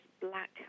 black